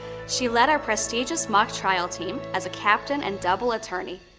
she led our prestigious mock trial team as a captain and double attorney,